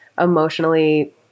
emotionally